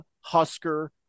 Husker